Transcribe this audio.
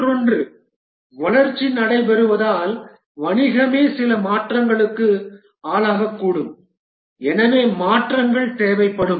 மற்றொன்று வளர்ச்சி நடைபெறுவதால் வணிகமே சில மாற்றங்களுக்கு ஆளாகக்கூடும் எனவே மாற்றங்கள் தேவைப்படும்